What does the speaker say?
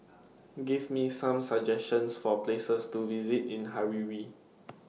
Give Me Some suggestions For Places to visit in Harare